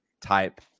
type